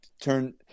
turn